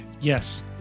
Yes